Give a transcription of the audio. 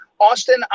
austin